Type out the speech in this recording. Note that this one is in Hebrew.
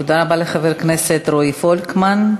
תודה רבה לחבר הכנסת רועי פולקמן.